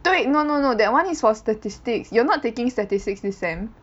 the wait no no no that one is for statistics you are not taking statistics this sem